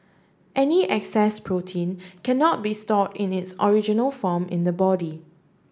any excess protein cannot be stored in its original form in the body